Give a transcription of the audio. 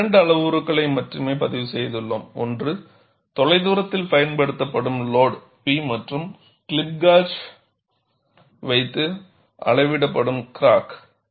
நாங்கள் இரண்டு அளவுருக்களை மட்டுமே பதிவு செய்துள்ளோம் ஒன்று தொலைதூரத்தில் பயன்படுத்தப்படும் லோடு P மற்றும் கிளிப் காஜ் வைத்து அளவிடப்படும் கிராக்